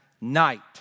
night